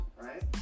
right